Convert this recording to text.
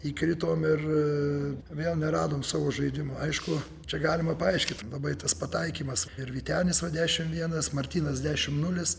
įkritom ir vėl neradom savo žaidimo aišku čia galima paaiškint labai tas pataikymas ir vytenis va dešim vienas martynas dešim nulis